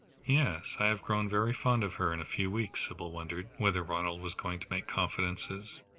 yes i have grown very fond of her in a few weeks. sybil wondered whether ronald was going to make confidences.